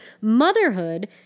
motherhood